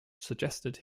suggested